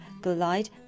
glide